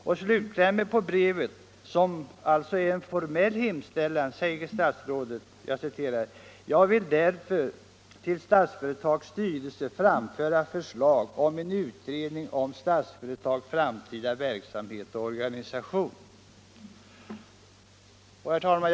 Och i slutklämmen på brevet, som alltså är en formell hemställan, säger statsrådet: ”Jag vill därför till Statsföretags styrelse framföra förslaget om en utredning om Statsföretags framtida verksamhet och organisation.” Herr talman!